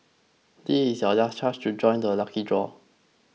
this is your last chance to join the lucky draw